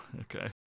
Okay